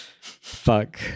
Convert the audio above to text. Fuck